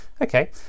Okay